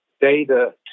data